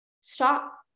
stop